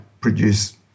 produce